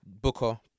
Booker